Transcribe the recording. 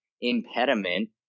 impediment